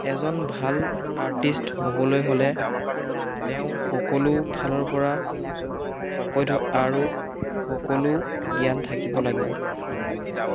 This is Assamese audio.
এজন ভাল আৰ্টিষ্ট হ'বলৈ হ'লে তেওঁ সকলো ফালৰপৰা পাকৈত আৰু সকলো জ্ঞান থাকিব লাগিব